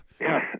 Yes